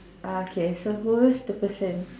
uh okay so who's the person